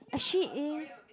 ah she is